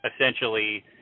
essentially